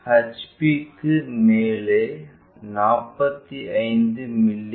HPக்கு மேலே 45 மி